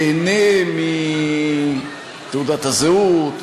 נהנה מתעודת הזהות,